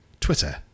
Twitter